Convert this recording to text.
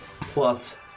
plus